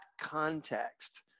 context